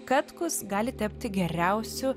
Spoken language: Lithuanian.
katkus gali tapti geriausiu